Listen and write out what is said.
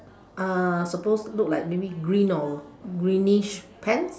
uh suppose look like maybe green or greenish pants